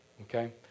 okay